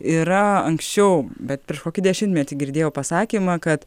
yra anksčiau bet prieš kokį dešimtmetį girdėjau pasakymą kad